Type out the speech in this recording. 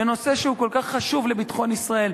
בנושא שהוא כל כך חשוב לביטחון ישראל,